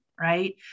right